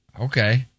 Okay